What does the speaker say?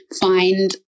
find